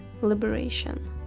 liberation